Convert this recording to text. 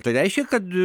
tai reiškia kad